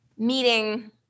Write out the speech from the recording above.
meeting